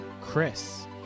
chris